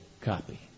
copy